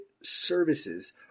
services